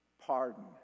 pardon